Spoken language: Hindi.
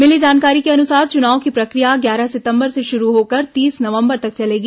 मिली जानकारी के अनुसार चुनाव की प्रक्रिया ग्यारह सितंबर से शुरू होकर तीस नवंबर तक चलेगी